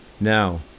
Now